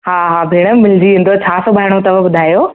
हा हा भेण मिलजी वेंदुव छा सुभाइणो अथव ॿुधायो